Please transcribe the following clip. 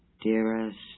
dearest